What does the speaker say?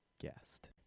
guest